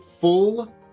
full